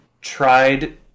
tried